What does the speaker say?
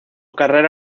carrera